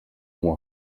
moi